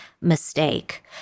mistake